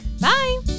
Bye